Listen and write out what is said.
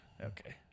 Okay